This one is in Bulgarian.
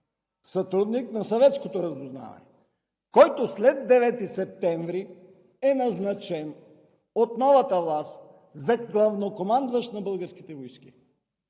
сътрудник на съветското разузнаване, който след 9 септември е назначен от новата власт за главнокомандващ на българските войски!